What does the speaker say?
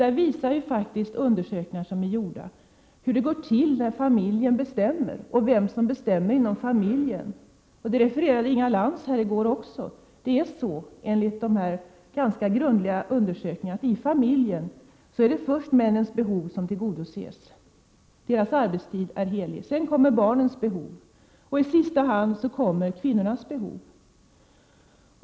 Det har gjorts undersökningar som visar hur det går till när familjen bestämmer och vem som bestämmer inom familjen. Inga Lantz refererade det i går. Enligt dessa ganska grundliga undersökningar är det först männens behov som tillgodoses i familjen — deras arbetstid är helig. Sedan kommmer barnens behov och i sista hand kvinnornas behov.